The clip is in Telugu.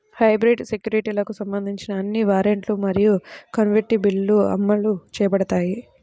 హైబ్రిడ్ సెక్యూరిటీలకు సంబంధించిన అన్ని వారెంట్లు మరియు కన్వర్టిబుల్లు అమలు చేయబడతాయి